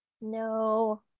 No